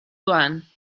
one